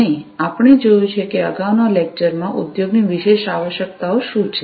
અને આપણે જોયું છે કે અગાઉના લેકચરમાં ઉદ્યોગની વિશેષ આવશ્યકતાઓ શું છે